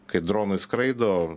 kai dronai skraido